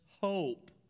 hope